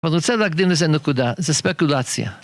הוא רוצה להגדיר לזה נקודה, זה ספקולציה.